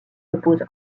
repose